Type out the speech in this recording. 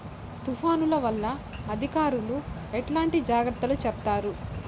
తుఫాను వల్ల అధికారులు ఎట్లాంటి జాగ్రత్తలు చెప్తారు?